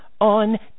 on